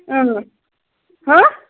اَہَن حظ ہاں